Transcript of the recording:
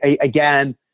again